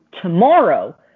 tomorrow